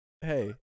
hey